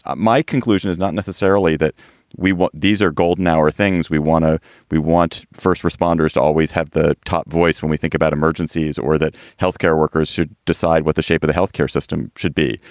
ah my conclusion is not necessarily that we want these are golden hour things. we want to we want first responders to always have the top voice when we think about emergencies or that health care workers should decide what the shape of the health care system should be.